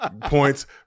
points